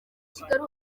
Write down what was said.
kigali